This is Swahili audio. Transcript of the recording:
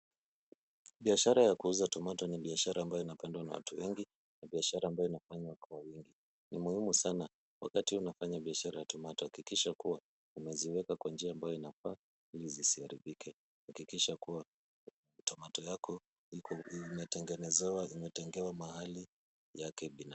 Biashara ya kuuza tomatoe ni biashara ambayo inapendwa na watu wengi na biashara inayofanywa kwa wingi. Ni muhimu sana wakati unafanya biashara ya tomatoe hakikisha kuwa umeziweka kwa njia ambayo inayofaa ili zisiharibike. Hakikisha kuwa tomatoe yako imetengewa mahali yake binafsi.